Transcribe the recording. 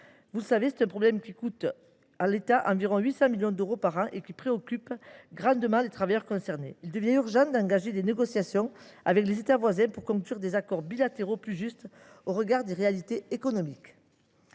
Vous le savez, c’est un problème qui coûte à l’État environ 800 millions d’euros par an et qui préoccupe grandement les travailleurs concernés. Il devient urgent d’engager des négociations avec les États voisins afin de conclure des accords bilatéraux plus justes au regard des réalités économiques.